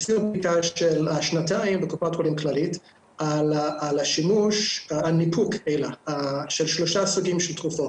עשינו בדיקה במשך שנתיים בקופ"ח כללית על ניפוק של שלושה סוגי תרופות.